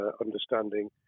understanding